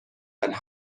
and